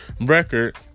record